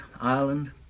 Ireland